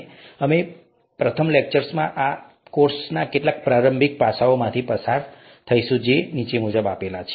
અમે પ્રથમ લેક્ચરમાં આ કોર્સના કેટલાક પ્રારંભિક પાસાઓમાંથી પસાર થઈશું જે આ છે